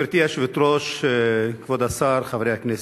גברתי היושבת-ראש, כבוד השר, חברי הכנסת,